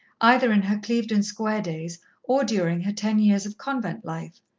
either in her clevedon square days or during her ten years of convent life.